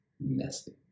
messy